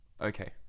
Okay